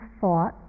thought